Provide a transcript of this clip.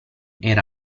era